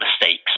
mistakes